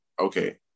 okay